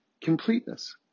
completeness